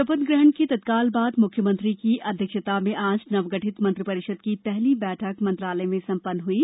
शपथ ग्रहण के तत्काल बाद मुख्यमंत्री की अध्यक्षता में आज नवगठित मंत्रिपरिषद की पहली बैठक मंत्रालय में संपन्न हुयी